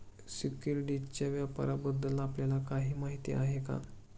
सिक्युरिटीजच्या व्यापाराबद्दल आपल्याला काही माहिती आहे का?